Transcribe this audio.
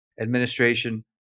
administration